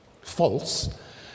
false